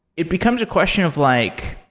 it becomes a question of like,